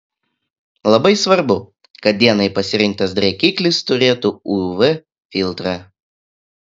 labai svarbu kad dienai pasirinktas drėkiklis turėtų uv filtrą